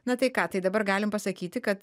na tai ką tai dabar galim pasakyti kad